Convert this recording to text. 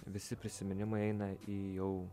visi prisiminimai eina į jau